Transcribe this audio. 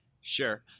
Sure